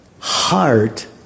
heart